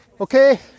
Okay